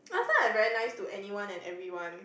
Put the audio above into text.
last time I very nice to anyone and everyone